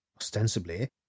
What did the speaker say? Ostensibly